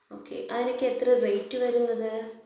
okay അതിനൊക്കെ എത്രയാണ് rate വരുന്നത്